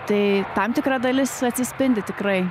tai tam tikra dalis atsispindi tikrai